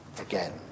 again